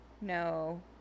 no